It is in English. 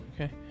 Okay